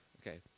Okay